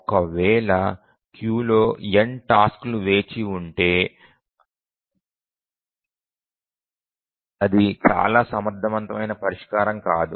ఒక వేళ క్యూలో n టాస్క్ లు వేచి ఉంటె అది చాలా సమర్థవంతమైన పరిష్కారం కాదు